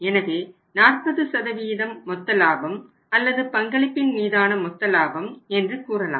எனவே 40 மொத்த லாபம் அல்லது பங்களிப்பின் மீதான மொத்த லாபம் என்று கூறலாம்